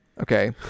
okay